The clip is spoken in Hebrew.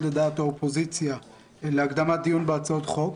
לדעת האופוזיציה להקדמת דיון בהצעות חוק,